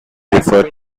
referred